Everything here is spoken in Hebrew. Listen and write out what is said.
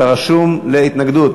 אתה רשום להתנגדות.